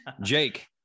Jake